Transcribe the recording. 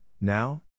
now